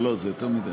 לא, לא, זה יותר מדי.